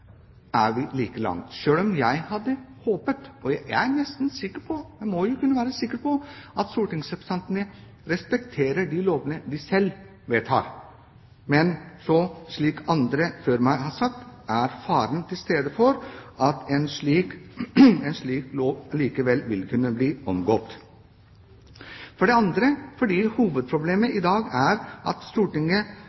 er vi like langt, selv om jeg hadde håpet – og jeg er nesten sikker på – at stortingsrepresentantene respekterer de lovene de selv vedtar. Men som andre før meg har sagt, er faren til stede for at en slik lov likevel vil kunne bli omgått. For det andre er ikke hovedproblemet